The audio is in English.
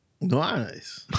Nice